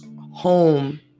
home